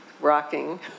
rocking